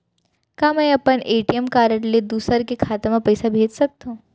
का मैं अपन ए.टी.एम कारड ले दूसर के खाता म पइसा भेज सकथव?